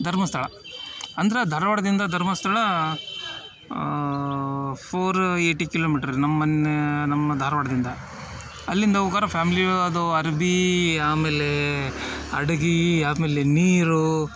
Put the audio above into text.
ಧರ್ಮಸ್ಥಳ ಅಂದ್ರೆ ಧಾರವಾಡದಿಂದ Dharmasthala four eighty kilometre ನಮ್ಮನ್ನೇ ನಮ್ಮ ಧಾರವಾಡದಿಂದ ಅಲ್ಲಿಂದ ಉಗರ ಫ್ಯಾಮಿಲಿಯು ಅದೂ ಅರ್ಬಿ ಆಮೇಲೆ ಅಡಗೆ ಆಮೇಲೆ ನೀರು